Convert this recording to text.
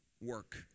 work